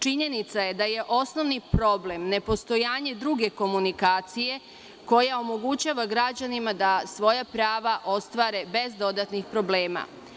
Činjenica je da je osnovni problem nepostojanje druge komunikacije koja omogućava građanima da svoja prava ostvare bez dodatnih problema.